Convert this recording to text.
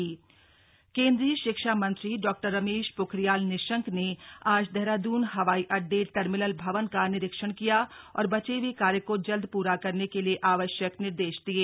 slug Nishank बैठक केन्द्रीय शिक्षा मंत्री डा रमेश ोखरियाल निशंक ने आज देहरादून हवाई अड्डे टर्मिनल भवन का निरीक्षण किया और बचे हुए कार्य को जल्द पुरा करने के लिए आवश्यक निर्देश दिये